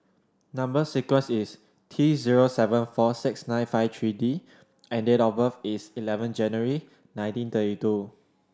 number sequence is T zero seven four six nine five three D and date of birth is eleven January nineteen thirty two